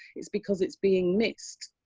it's because it's being missed.